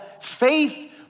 faith